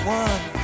one